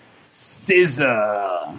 scissor